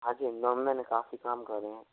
हाँ जी हिंडौन में मैंने काफ़ी कम करे हैं